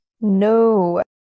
No